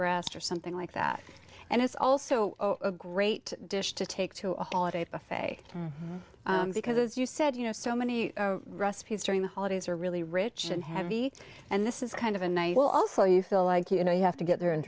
breast or something like that and it's also a great dish to take to a holiday buffet because as you said you know so many recipes during the holidays are really rich and heavy and this is kind of a nice well also you feel like you know you have to get there and